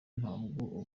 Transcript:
ntabwo